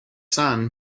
son